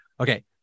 Okay